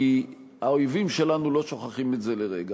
כי האויבים שלנו לא שוכחים את זה לרגע.